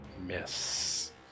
miss